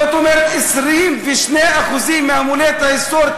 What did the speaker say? זאת אומרת 22% מהמולדת ההיסטורית,